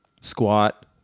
squat